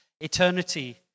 eternity